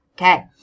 Okay